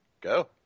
Go